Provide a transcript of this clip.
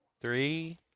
three